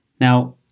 Now